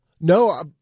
No